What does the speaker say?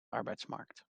arbeidsmarkt